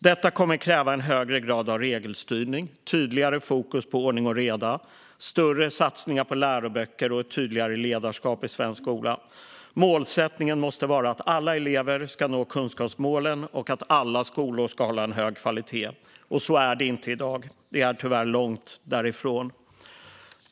Detta kommer att kräva en högre grad av regelstyrning, tydligare fokus på ordning och reda, större satsningar på läroböcker och ett tydligare ledarskap i svensk skola. Målsättningen måste vara att alla elever ska nå kunskapsmålen och att alla skolor ska hålla en hög kvalitet. Så är det inte i dag. Det är tyvärr långt därifrån.